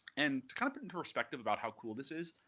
and to kind of put into perspective about how cool this is,